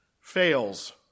fails